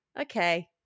Okay